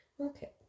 Okay